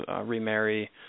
remarry